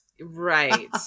right